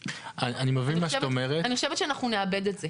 אני חושבת שאנחנו נאבד את זה.